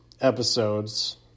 episodes